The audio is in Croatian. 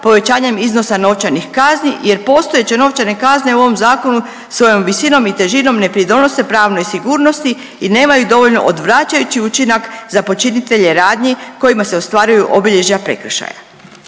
povećanjem iznosa novčanih kazni jer postojeće novčane kazne u ovom Zakonu svojom visinom i težinom ne pridonose pravnoj sigurnosti i nemaju dovoljno odvraćajući učinak za počinitelje radnji kojima se ostvaruju obilježja prekršaja.